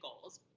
goals